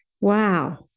wow